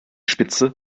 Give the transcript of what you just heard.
spitze